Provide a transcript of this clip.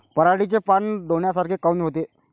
पराटीचे पानं डोन्यासारखे काऊन होते?